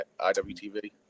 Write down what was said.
IWTV